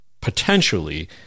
potentially